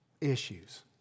issues